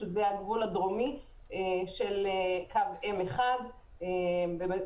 שהוא הגבול הדרומי של קו M1 במטרופולין.